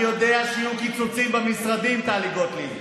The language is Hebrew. אני יודע שיהיו קיצוצים במשרדים, טלי גוטליב.